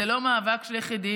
זה לא מאבק של יחידים,